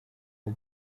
the